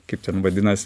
kaip ten vadinas